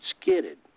skidded